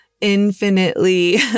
infinitely